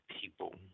people